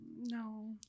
no